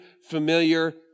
familiar